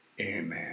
amen